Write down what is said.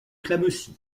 clamecy